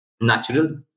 natural